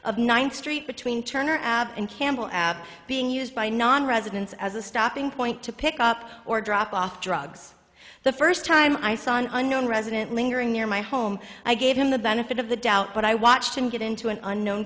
of ninth street between turner and campbell being used by nonresidents as a stopping point to pick up or drop off drugs the first time i saw an unknown resident lingering near my home i gave him the benefit of the doubt but i watched him get into an unknown